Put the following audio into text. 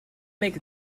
make